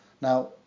Now